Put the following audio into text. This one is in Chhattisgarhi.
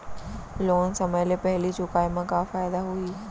लोन समय ले पहिली चुकाए मा का फायदा होही?